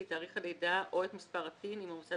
את תאריך הלידה או את מספר ה-TIN אם המוסד